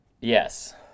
Yes